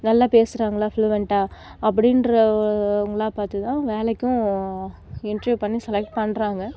நல்லா பேசுகிறாங்களா ஃப்ளுவன்டாக அப்படின்றவங்களா பார்த்துதான் வேலைக்கும் இண்டெர்வியு பண்ணி செலக்ட் பண்ணுறாங்க